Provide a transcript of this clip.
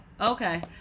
okay